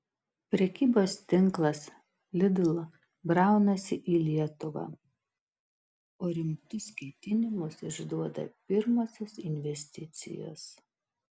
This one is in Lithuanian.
prekybos tinklas lidl braunasi į lietuvą o rimtus ketinimus išduoda pirmosios investicijos